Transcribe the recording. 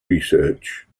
research